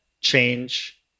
change